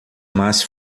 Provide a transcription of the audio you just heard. mas